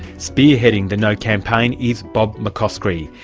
spearheading the no campaign is bob mccoskrie.